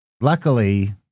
Luckily